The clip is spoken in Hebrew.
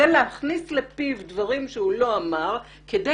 זה להכניס לפיו דברים שהוא לא אמר כדי